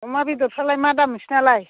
अमा बेदरफ्रालाय मा दाम नोंसिनालाय